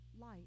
light